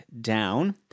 down